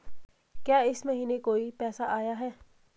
क्या इस महीने कोई पैसा आया है?